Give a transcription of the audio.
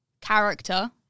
character